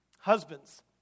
Husbands